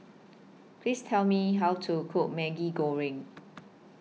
Please Tell Me How to Cook Maggi Goreng